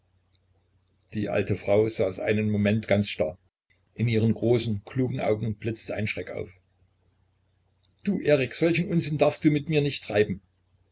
die alte frau saß einen moment ganz starr in ihren großen klugen augen blitzte ein schreck auf du erik solchen unsinn darfst du mit mir nicht treiben